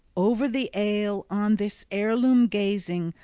over the ale, on this heirloom gazing,